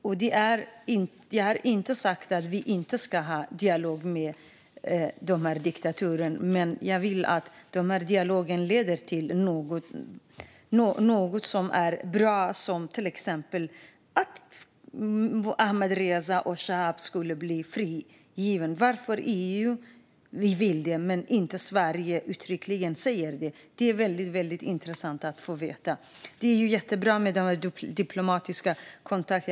Jag har inte sagt att vi inte ska ha dialog med denna diktatur, men jag vill att dialogen leder till något bra, till exempel att Ahmadreza och Chaab friges. Varför EU vill det men Sverige inte uttryckligen säger det vore väldigt intressant att få veta. Det är jättebra med diplomatiska kontakter.